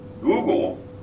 Google